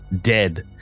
dead